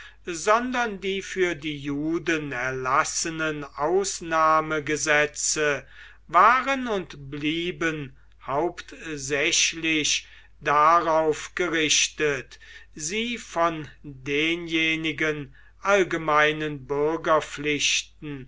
sondern die für die juden erlassenen ausnahmegesetze waren und blieben hauptsächlich darauf gerichtet sie von denjenigen allgemeinen